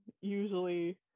usually